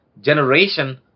generation